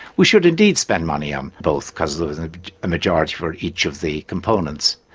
we should indeed spend money on both because there was a majority for each of the components.